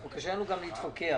קשה לנו גם להתווכח.